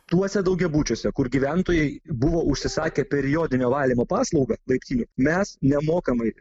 tuose daugiabučiuose kur gyventojai buvo užsisakę periodinio valymo paslaugą laiptinėj mes nemokamai